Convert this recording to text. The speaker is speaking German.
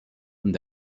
und